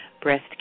Breast